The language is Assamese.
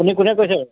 আপুনি কোনে কৈছে